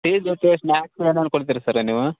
tea ಜೊತೆ snacks ಏನಾರ ಕೊಡ್ತೀರ ಸರ್ರ ನೀವು